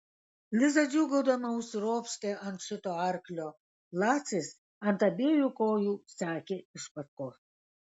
liza džiūgaudama užsiropštė ant šito arklio lacis ant abiejų kojų sekė iš paskos